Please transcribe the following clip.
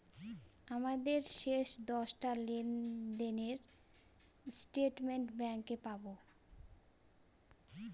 আমাদের শেষ দশটা লেনদেনের স্টেটমেন্ট ব্যাঙ্কে পাবো